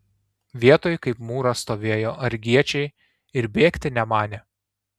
vietoj kaip mūras stovėjo argiečiai ir bėgti nemanė